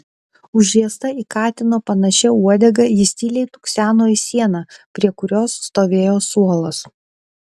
užriesta į katino panašia uodega jis tyliai tukseno į sieną prie kurios stovėjo suolas